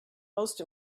most